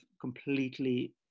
completely